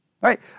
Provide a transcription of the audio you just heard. Right